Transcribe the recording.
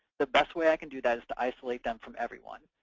the best way can do that is to isolate them from everyone.